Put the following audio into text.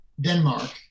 Denmark